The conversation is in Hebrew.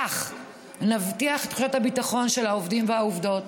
כך נבטיח את תחושת הביטחון של העובדים והעובדות,